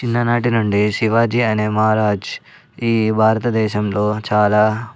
చిన్ననాటి నుండి శివాజీ అనే మహారాజ్ ఈ భారత దేశంలో చాలా